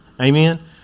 Amen